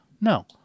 no